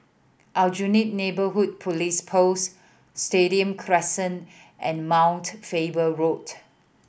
Aljunied Neighbourhood Police Post Stadium Crescent and Mount Faber Road